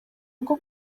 bwo